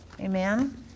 Amen